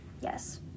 Yes